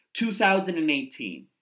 2018